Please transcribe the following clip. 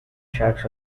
shacks